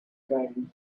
garden